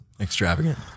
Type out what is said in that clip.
extravagant